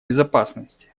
безопасности